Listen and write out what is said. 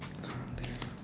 color